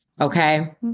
Okay